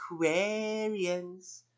Aquarians